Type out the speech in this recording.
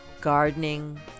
gardening